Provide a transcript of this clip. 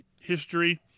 history